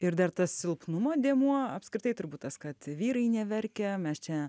ir dar tas silpnumo dėmuo apskritai turbūt tas kad vyrai neverkia mes čia